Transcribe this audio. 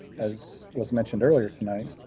as was mentioned earlier tonight,